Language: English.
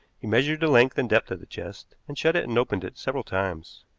he measured the length and depth of the chest, and shut it and opened it several times.